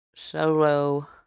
solo